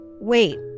wait